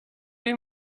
you